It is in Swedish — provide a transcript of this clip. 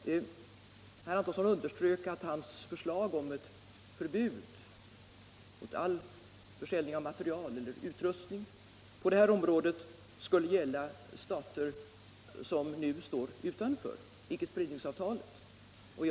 Herr Antonsson underströk att hans förslag om ett förbud mot all försäljning av material eller utrustning på kärnkraftsområdet skulle gälla stater som nu står utanför icke-spridningsavtalet.